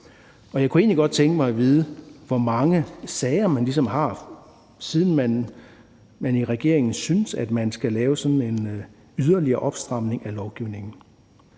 egentlig godt tænke mig at vide, hvor mange sager man ligesom har, siden man i regeringen synes, at man skal lave sådan en yderligere opstramning af lovgivningen.